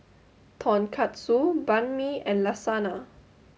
Tonkatsu Banh Mi and Lasagna